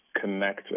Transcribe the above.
connect